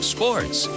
Sports